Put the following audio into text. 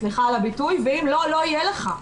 סליחה על הביטוי, ואם לא, לא יהיה לך.